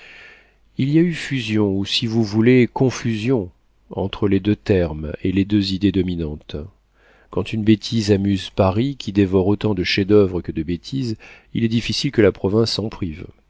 il y a eu fusion ou si vous voulez confusion entre les deux termes et les deux idées dominantes quand une bêtise amuse paris qui dévore autant de chefs-d'oeuvre que de bêtises il est difficile que la province s'en prive